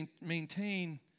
maintain